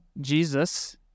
Jesus